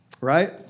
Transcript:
right